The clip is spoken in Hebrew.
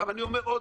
אני אומר שוב